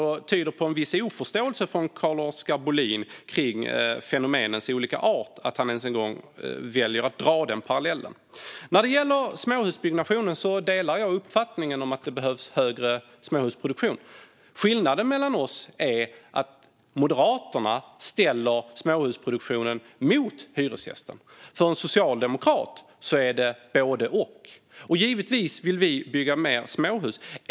Det tyder på en viss oförståelse från Carl-Oskar Bohlin om fenomenens art att han ens en gång väljer att dra den parallellen. När det gäller småhusbyggnationen delar jag uppfattningen att det behövs högre småhusproduktion. Skillnaden mellan oss är att Moderaterna ställer småhusproduktionen mot hyresgästen. För en socialdemokrat är det både och. Givetvis vill vi bygga fler småhus.